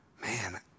Man